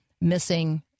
missing